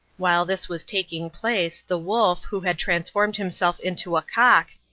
while this was taking place the wolf, who had transformed himself into a cock,